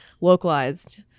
localized